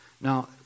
Now